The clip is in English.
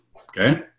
okay